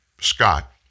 Scott